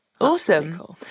Awesome